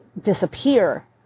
disappear